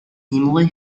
emily